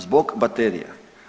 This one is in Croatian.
Zbog baterija.